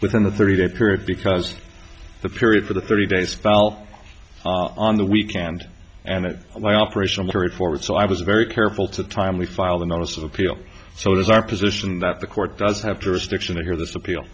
within a thirty day period because the period for the thirty days fell on the weekend and my operational carry forward so i was very careful to timely file a notice of appeal so it is our position that the court does have jurisdiction to hear this appeal